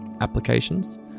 applications